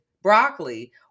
Broccoli